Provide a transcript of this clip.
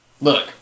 look